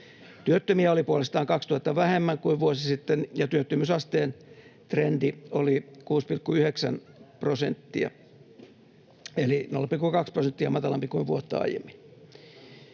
Työttömiä oli puolestaan 2 000 vähemmän kuin vuosi sitten, ja työttömyysasteen trendi oli 6,9 prosenttia eli 0,2 prosenttia matalampi kuin vuotta aiemmin.